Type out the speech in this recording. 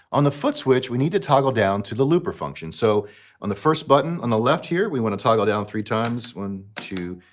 on the footswitch, we need to toggle down to the looper function. so on the first button on the left here, we want to toggle down three times one, two,